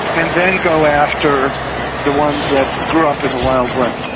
and then go after the ones that grew up in the wild west.